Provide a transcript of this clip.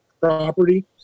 property